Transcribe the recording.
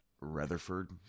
Rutherford